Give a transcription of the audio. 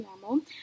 normal